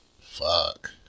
Fuck